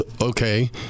okay